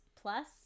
plus